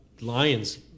Lions